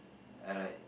I like